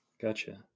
Gotcha